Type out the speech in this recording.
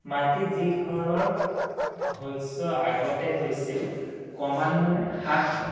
মাটিত যি ধৰণৰ শস্য আগতে হৈছিল ক্ৰমান্বয়ে হ্ৰাস